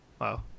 Wow